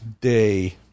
day